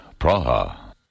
Praha